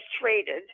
traded